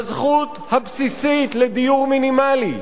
בזכות הבסיסית לדיור מינימלי,